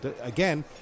again